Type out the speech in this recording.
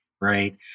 Right